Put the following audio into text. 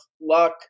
luck